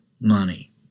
money